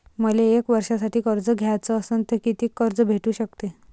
मले एक वर्षासाठी कर्ज घ्याचं असनं त कितीक कर्ज भेटू शकते?